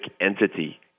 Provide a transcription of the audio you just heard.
entity